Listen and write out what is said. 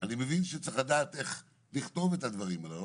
שצריך לדעת איך לכתוב את הדברים האלה.